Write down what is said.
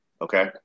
okay